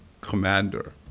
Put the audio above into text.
commander